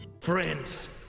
Friends